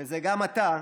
וזה גם אתה,